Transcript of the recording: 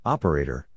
Operator